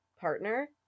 partner